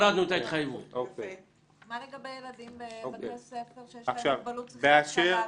מה לגבי ילדים בבתי הספר שיש להם מוגבלות שכלית קלה?